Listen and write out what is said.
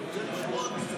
אני רוצה לשמוע ממי.